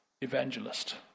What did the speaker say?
evangelist